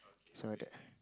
so I do